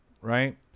right